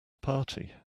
party